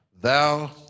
thou